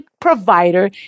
provider